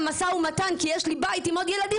משא ומתן כי יש לי בית עם עוד ילדים,